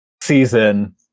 season